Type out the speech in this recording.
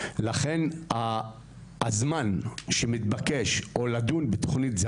לכן הזמן שמתבקש לדון בתוכנית זה,